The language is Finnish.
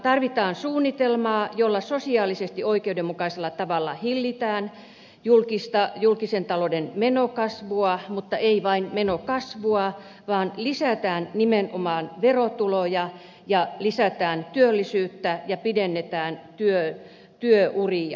tarvitaan suunnitelmaa jolla sosiaalisesti oikeudenmukaisella tavalla hillitään julkisen talouden menokasvua mutta ei vain menokasvua vaan lisätään nimenomaan verotuloja ja lisätään työllisyyttä ja pidennetään työuria